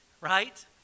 right